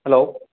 hello